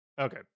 Okay